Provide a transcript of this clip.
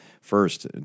First